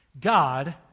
God